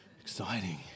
exciting